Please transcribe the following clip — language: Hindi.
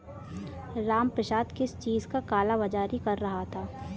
रामप्रसाद किस चीज का काला बाज़ारी कर रहा था